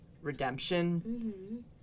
redemption